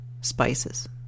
spices